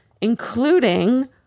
including